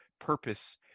purpose